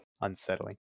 unsettling